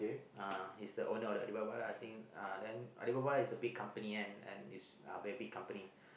uh he's the owner of the Alibaba lah I think uh then Alibaba is a big company and and it's a very big company